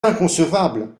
inconcevable